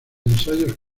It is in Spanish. ensayos